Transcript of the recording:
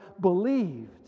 believed